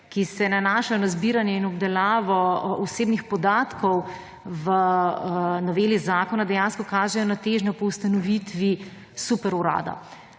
ki se nanašajo na zbiranje in obdelavo osebnih podatkov v noveli zakona, dejansko kažejo na težnjo po ustanovitvi superurada.